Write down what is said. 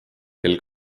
kel